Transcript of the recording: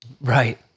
Right